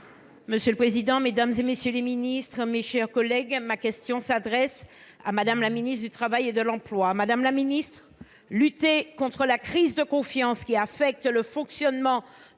Monsieur le président, mesdames, messieurs les ministres, mes chers collègues, ma question s’adresse à Mme la ministre du travail et de l’emploi. Madame la ministre, lutter contre la crise de confiance qui affecte le fonctionnement